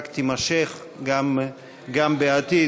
רק תימשך גם בעתיד.